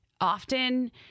often